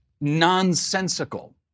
nonsensical